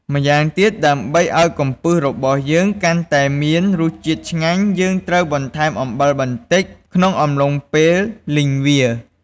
ម្យ៉ាងទៀតដើម្បីឱ្យកំពឹសរបស់យើងកាន់តែមានរសជាតិឆ្ងាញ់ យើងត្រូវបន្ថែមអំបិលបន្តិច ក្នុងអំឡុងពេលលីងវា។